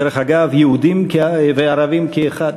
דרך אגב, יהודים וערבים כאחד.